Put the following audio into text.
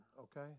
okay